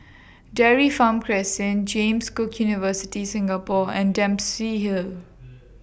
Dairy Farm Crescent James Cook University Singapore and Dempsey Hill